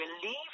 believe